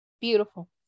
Beautiful